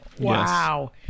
wow